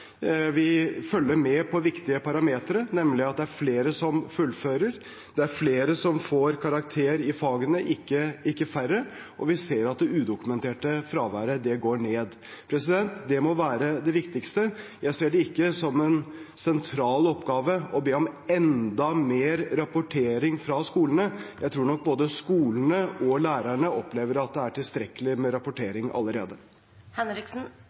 Vi følger med på viktige parametere, nemlig at det er flere som fullfører, det er flere – ikke færre – som får karakter i fagene, og vi ser at det udokumenterte fraværet går ned. Det må være det viktigste. Jeg ser det ikke som en sentral oppgave å be om enda mer rapportering fra skolene. Jeg tror nok at både skolene og lærerne opplever at det er tilstrekkelig med